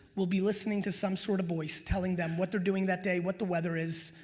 will be listening to some sort of voice telling them what they're doing that day, what the weather is,